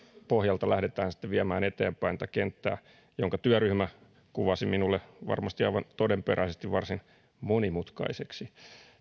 pohjalta lähdetään sitten viemään eteenpäin tätä kenttää jonka työryhmä kuvasi minulle varmasti aivan todenperäisesti varsin monimutkaiseksi